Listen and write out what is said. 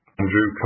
Andrew